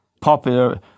popular